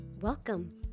Welcome